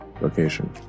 location